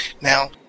Now